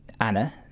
Anna